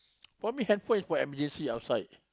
for me handphone is for emergency outside